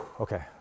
okay